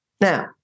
Now